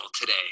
today